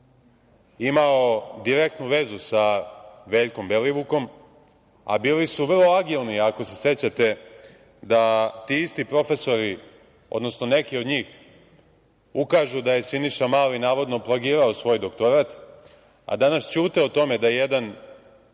imao direktnu vezu sa Veljkom Belivukom, a bili su vrlo agilni, ako se sećate, ti isti profesori, neki od njih, ukažu da je Siniša Mali navodno plagirao svoj doktorat, a danas ćute o tome da jedan